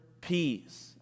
peace